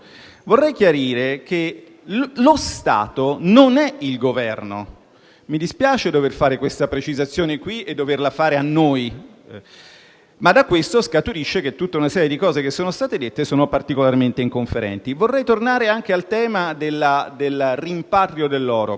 di voto: lo Stato non è il Governo e mi dispiace dover fare questa precisazione qui e doverla fare a noi, ma da ciò scaturisce il fatto che tutta una serie di cose che sono state dette sono particolarmente inconferenti. Vorrei tornare anche al tema del rimpatrio dell'oro.